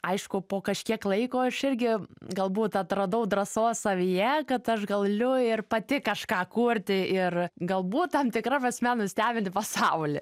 aišku po kažkiek laiko aš irgi galbūt atradau drąsos savyje kad aš galiu ir pati kažką kurti ir galbūt tam tikra prasme nustebinti pasaulį